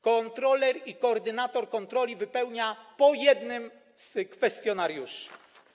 Kontroler i koordynator kontroli wypełniają po jednym kwestionariuszu.